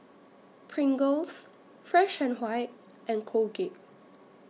Pringles Fresh and White and Colgate